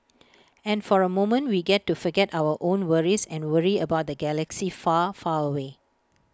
and for A moment we get to forget our own worries and worry about the galaxy far far away